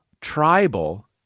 tribal